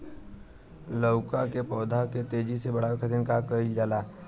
लउका के पौधा के तेजी से बढ़े खातीर का कइल जाला?